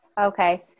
Okay